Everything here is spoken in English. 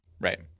Right